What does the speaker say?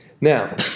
Now